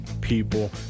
people